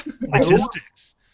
Logistics